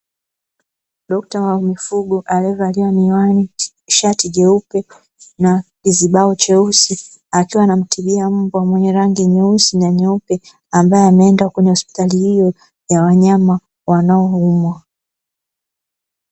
Dokta wa mifugo aliyevalia miwani, shati jeupe na kizibao cheusi; akiwa anamtibia mbwa mwenye rangi nyeusi na nyeupe ambaye ameenda kwenye hospitali hiyo ya wanyama wanaoumwa.